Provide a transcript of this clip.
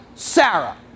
sarah